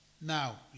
Now